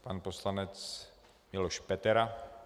Pan poslanec Miloš Petera.